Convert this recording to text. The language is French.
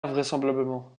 vraisemblablement